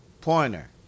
Pointer